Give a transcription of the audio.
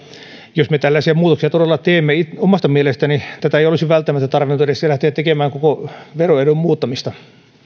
jos me tällaisia muutoksia todella teemme omasta mielestäni tätä ei olisi välttämättä tarvinnut edes lähteä tekemään koko veroedun muuttamista